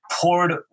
poured